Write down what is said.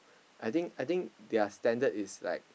I think I think their standard is like